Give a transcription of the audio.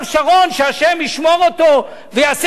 שהשם ישמור אותו ויעשה אותו בריא,